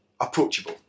approachable